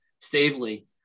Stavely